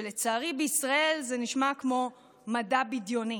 שלצערי, בישראל זה נשמע כמו מדע בדיוני: